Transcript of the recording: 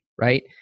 right